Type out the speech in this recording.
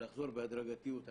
לחזור בהדרגתיות.